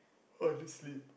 I want to sleep